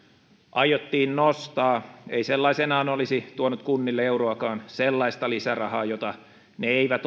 aiottiin nostaa ei sellaisenaan olisi tuonut kunnille euroakaan sellaista lisärahaa jota ne eivät